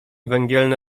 węgielny